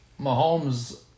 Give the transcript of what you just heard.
Mahomes